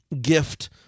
gift